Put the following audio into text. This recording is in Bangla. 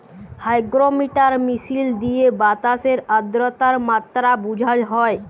হাইগোরোমিটার মিশিল দিঁয়ে বাতাসের আদ্রতার মাত্রা বুঝা হ্যয়